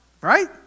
Right